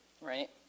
right